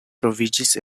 troviĝis